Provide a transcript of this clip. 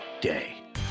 day